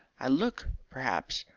i look, perhaps,